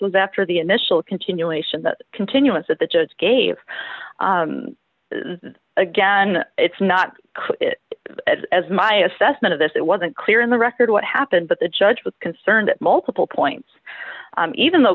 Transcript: was after the initial continuation that continuance that the judge gave again it's not as my assessment of this it wasn't clear in the record what happened but the judge was concerned at multiple points even though